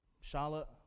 Charlotte